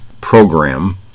program